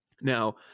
Now